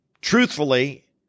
truthfully